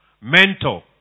mental